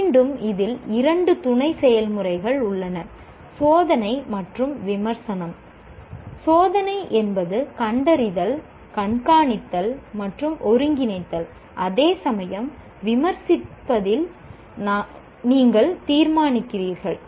மீண்டும் இதில் இரண்டு துணை செயல்முறைகள் உள்ளன சோதனை மற்றும் விமர்சனம் சோதனை என்பது கண்டறிதல் கண்காணித்தல் மற்றும் ஒருங்கிணைத்தல் அதேசமயம் விமர்சிப்பதில் நீங்கள் தீர்மானிக்கிறீர்கள்